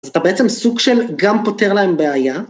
אז אתה בעצם סוג של גם פותר להם בעיה.